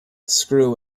screw